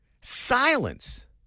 Silence